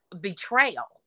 betrayal